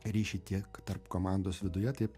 ryšį tiek tarp komandos viduje taip